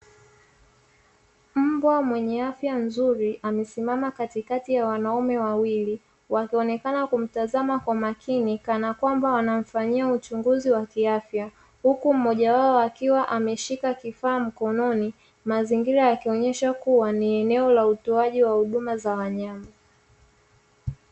Mbwa mwenye afya nzuri amesimama katikati ya wanaume wawili, wakionekana kumtazama kwa makini kana kwamba wanamfanyia uchunguzi wa kiafya. Huku mmojawao akiwa ameshika kifaa mkononi, mazingira yakionyesha kuwa ni eneo la utoaji wa huduma za wanyama.